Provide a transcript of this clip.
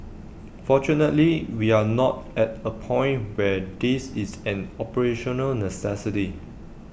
fortunately we are not at A point where this is an operational necessity